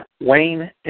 Wayne